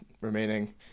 remaining